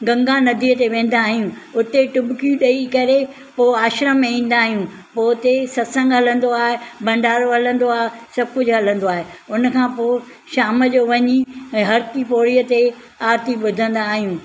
गंगा नदीअ ते वेंदा आहियूं उते टुबकियूं ॾेई करे पोइ आश्रम में ईंदा आहियूं पोइ उते सतसंगु हलंदो आहे भंडारो हलंदो आहे सभु कुझु हलंदो आहे उनखां पोइ शाम जो वञी हर की पौड़ीअ ते आरती ॿुधंदा आहियूं